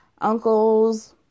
uncles